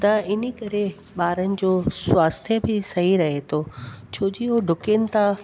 त इन करे ॿारन जो स्वास्थ्य बि सही रहे थो छोजी हो डूकनि था